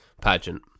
pageant